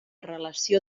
relació